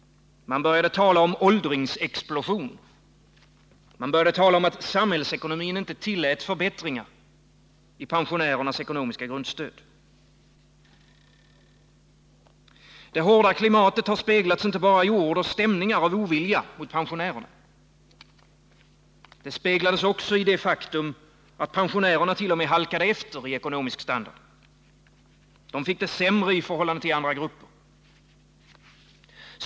Man började tala om åldringsexplosion och om att samhällsekonomin inte tillät förbättringar i pensionärernas ekonomiska grundstöd. Det hårda klimatet har speglats inte bara i ord och stämningar av ovilja mot pensionärerna. Det speglades också i det faktum att pensionärerna t.o.m. halkade efter i ekonomisk standard. De fick det sämre i förhållande till andra grupper.